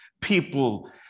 people